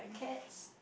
Keds